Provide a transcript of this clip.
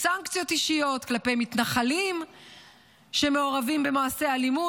בסנקציות אישיות כלפי מתנחלים שמעורבים במעשי אלימות,